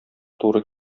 туры